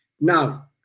now